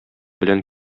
белән